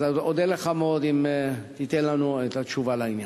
אודה לך מאוד אם תיתן לנו את התשובה בעניין.